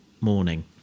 morning